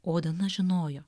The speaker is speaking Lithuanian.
odenas žinojo